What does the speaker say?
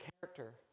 character